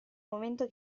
momento